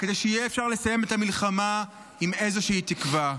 כדי שאפשר יהיה לסיים את המלחמה עם איזושהי תקווה.